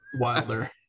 wilder